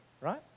right